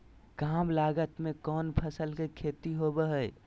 काम लागत में कौन फसल के खेती होबो हाय?